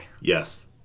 Yes